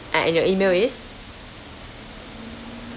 an~ and your email is